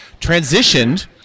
transitioned